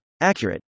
Accurate